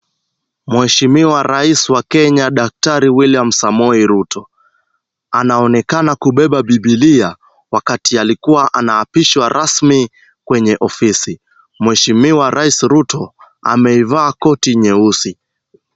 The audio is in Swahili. Mheshimiwa raisi wa kenya DR William Samoei Ruto anaonekana kubeba bibilia wakati alikuwa anaapishwa rasmi kwenye ofisi Mheshimiwa raisi Ruto ameivaa koti nyeusi.